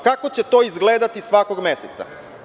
Kako će to izgledati svakog meseca?